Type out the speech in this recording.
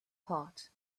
part